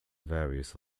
various